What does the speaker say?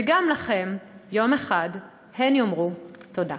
וגם לכן יום אחד הן יאמרו תודה.